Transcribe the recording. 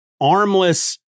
armless